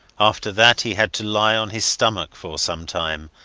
after that he had to lie on his stomach for some time,